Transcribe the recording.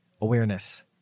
awareness